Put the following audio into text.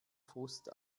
frust